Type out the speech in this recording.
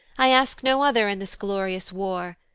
i ask no other in this glorious war.